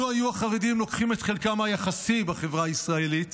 לו היו החרדים לוקחים את חלקם היחסי בחברה הישראלית